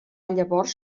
llavors